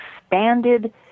expanded